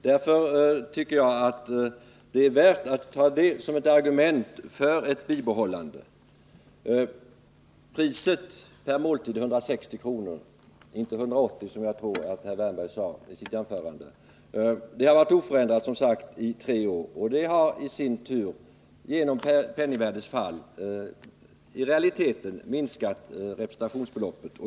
Därför tycker jag att det är värt att ta detta som ett argument för ett bibehållande av rätten till avdrag för vin och sprit. Beloppet 160 kr. per måltid — inte 180 kr., som jag tror att herr Wärnberg sade i sitt anförande — har som sagt varit oförändrat i tre år, och penningvärdets fall har i realiteten inneburit en minskning av representationsbeloppet.